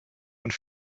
und